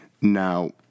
Now